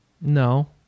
No